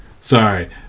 Sorry